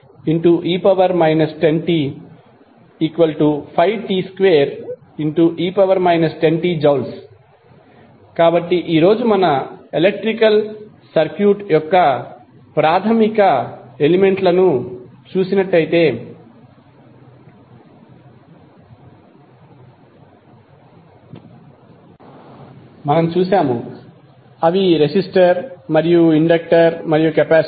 1100t2e 10t5t2e 10tJ కాబట్టి ఈ రోజు మన ఎలక్ట్రికల్ సర్క్యూట్ యొక్క 3 ప్రాథమిక ఎలిమెంట్ ల ను చూశాము అవి రెసిస్టర్ ఇండక్టర్ మరియు కెపాసిటర్